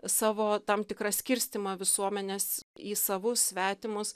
savo tam tikrą skirstymą visuomenės į savus svetimus